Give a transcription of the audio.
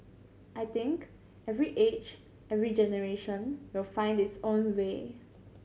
I think every age every generation will find its own way